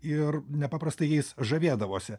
ir nepaprastai jais žavėdavosi